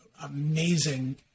amazing